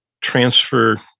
transfer